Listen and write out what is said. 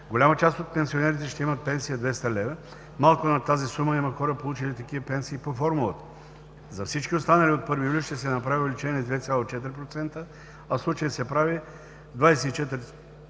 Голяма част от пенсионерите ще имат пенсия от 200 лв., а малко над тази сума има хора, получили такива пенсии по формулата. За всички останали от 1 юли ще се направи увеличение от 2,4%, а в случая се прави 24%